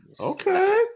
Okay